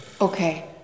Okay